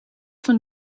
van